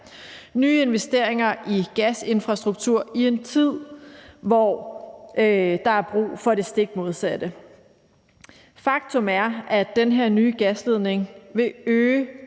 nye investeringer i gasinfrastruktur i en tid, hvor der er brug for det stik modsatte. Faktum er, at den her nye gasledning vil øge